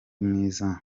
mwiza